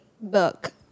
book